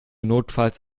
notfalls